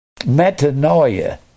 Metanoia